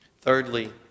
Thirdly